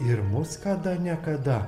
ir mus kada nekada